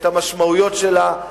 את המשמעויות שלה.